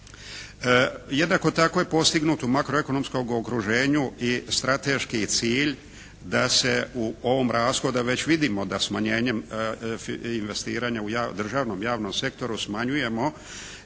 Jednako tako je postignuto i makroekonomskom okruženju i strateški cilj da se u ovom rashodu već vidimo da smanjenjem investiranja u državnom javnom sektoru smanjujemo